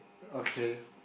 okay